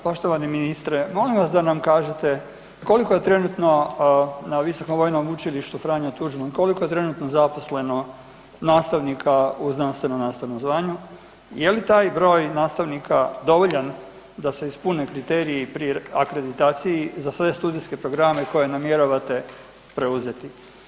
Poštovani, poštovani ministre, molim vas da nam kažete koliko je trenutno na Visokom vojnom učilištu „Franjo Tuđman“ koliko je trenutno zaposleno nastavnika u znanstveno-nastavnom zvanju i je li taj broj nastavnika dovoljan da se ispune kriteriji pri akreditaciji za sve studijske programe koje namjeravate preuzeti?